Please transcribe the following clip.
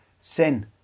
sin